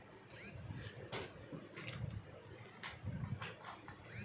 నీటి తేమ ఎక్కువ మిర్చి పంట లో ఉంది దీనికి ఏం చేయాలి?